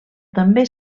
també